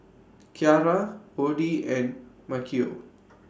Kiarra Oddie and Maceo